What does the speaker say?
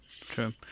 True